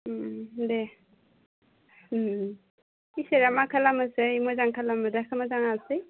दे फैसाया मा खालामोसै मोजां खालामो दा मोजाङासै